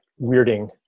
weirding